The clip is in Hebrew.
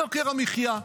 יוקר המחיה: